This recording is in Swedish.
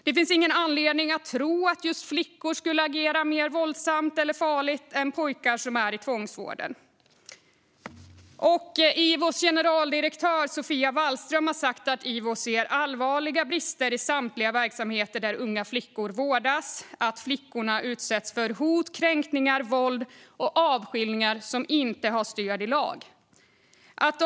Det finns ingen anledning att tro att just flickor skulle agera mer våldsamt eller farligt än pojkar som är i tvångsvården. Ivos generaldirektör Sofia Wallström har sagt att Ivo ser allvarliga brister i samtliga verksamheter där unga flickor vårdas. Flickorna utsätts för hot, kränkningar, våld och avskiljningar som inte har stöd i lag.